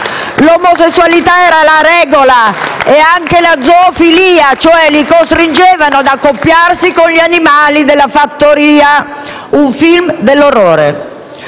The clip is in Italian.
L'omosessualità era la regola e anche la zoofilia, cioè costringevano i ragazzi ad accoppiarsi con gli animali della fattoria. Insomma, un film dell'orrore.